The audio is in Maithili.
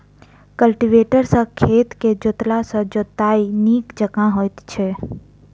कल्टीवेटर सॅ खेत के जोतला सॅ जोताइ नीक जकाँ होइत छै